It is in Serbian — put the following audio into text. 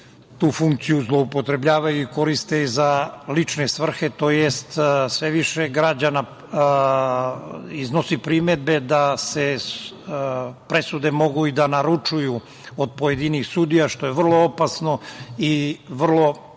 tu funkciju zloupotrebljavaju i koriste za lične svrhe, tj. sve više građana iznosi primedbe da presude mogu da se naručuju kod pojedinih sudija, što je vrlo opasno i vrlo